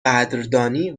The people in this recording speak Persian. قدردانی